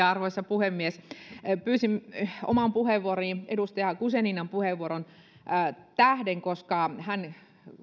arvoisa puhemies pyysin oman puheenvuoroni edustaja guzeninan puheenvuoron tähden koska hän